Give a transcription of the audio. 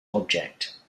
object